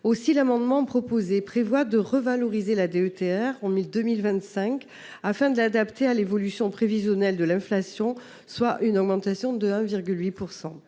Cet amendement vise à revaloriser la DETR en 2025, afin de l’adapter à l’évolution prévisionnelle de l’inflation, soit une augmentation de 1,8 %.